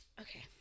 Okay